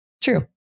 True